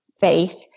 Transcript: faith